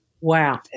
Wow